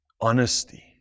honesty